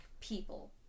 people